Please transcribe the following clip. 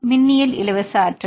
L மின்னியல் இலவச ஆற்றல்